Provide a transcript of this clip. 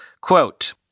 Quote